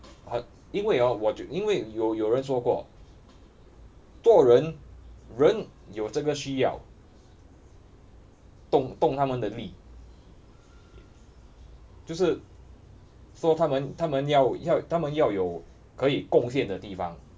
很因为 hor 我因为有有人说过做人人有这个需要动动他们的力就是说他们他们要他们要有可以贡献的地方